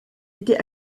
été